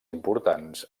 importants